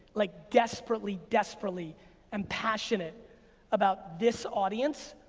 like desperately, desperately am passionate about this audience,